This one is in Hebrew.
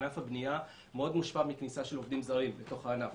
ענף הבנייה מושפע מאוד מכניסה של עובדים זרים לתוך הענף,